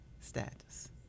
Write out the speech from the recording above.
status